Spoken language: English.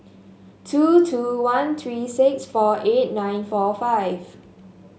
two two one three six four eight nine four five